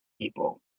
people